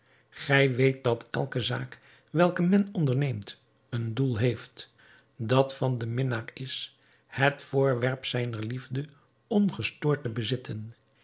gij weet dat elke zaak welke men onderneemt een doel heeft dat van den minnaar is het voorwerp zijner liefde ongestoord te bezitten